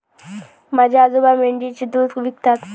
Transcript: माझे आजोबा मेंढीचे दूध विकतात